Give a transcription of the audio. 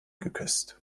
geküsst